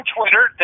Twitter